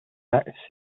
las